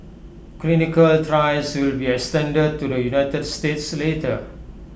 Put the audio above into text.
clinical trials will be extended to the united states later